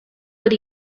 what